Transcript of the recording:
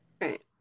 Right